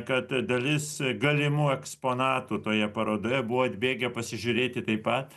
kad dalis galimų eksponatų toje parodoje buvo atbėgę pasižiūrėti taip pat